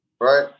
right